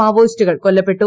മാവോയിസ്റ്റുകൾ കൊല്ലപ്പെട്ടു